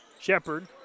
Shepard